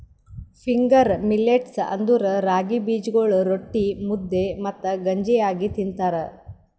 finger millets ಅಂದುರ್ ರಾಗಿ ಬೀಜಗೊಳ್ ರೊಟ್ಟಿ, ಮುದ್ದೆ ಮತ್ತ ಗಂಜಿ ಆಗಿ ತಿಂತಾರ